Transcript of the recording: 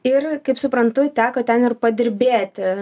ir kaip suprantu teko ten ir padirbėti